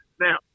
Now